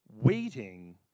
waiting